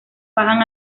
bajan